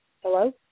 Hello